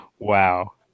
Wow